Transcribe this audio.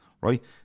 right